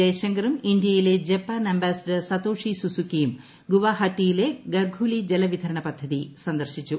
ജയശങ്കറും ഇന്ത്യയിലെ Japan ambassador Satoshi സുസുകിയും ഗുവാഹത്തിയിലെ ഖർഘൂലി ജലവിതരണ പദ്ധതി സന്ദർശിച്ചു